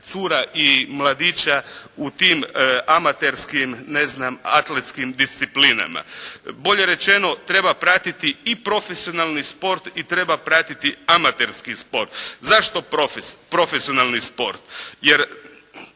cura i mladića u tim amaterskim, ne znam, atletskim disciplinama. Bolje rečeno treba pratiti i profesionalni sport i treba pratiti amaterski sport. Zašto profesionalni sport?